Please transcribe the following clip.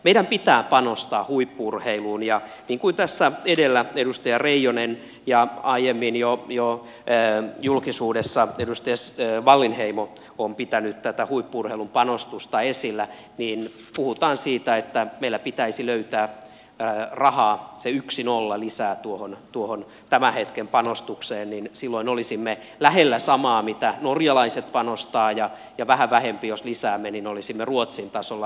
meidän pitää panostaa huippu urheiluun ja niin kuin tässä edellä edustaja reijonen ja aiemmin jo julkisuudessa edustaja wallinheimo on pitänyt tätä huippu urheilun panostusta esillä niin puhutaan siitä että meillä pitäisi löytää rahaa se yksi nolla lisää tuohon tämän hetken panostukseen niin silloin olisimme lähellä samaa mitä norjalaiset panostavat ja vähän vähempi jos lisäämme niin olisimme ruotsin tasolla